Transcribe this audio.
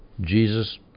Jesus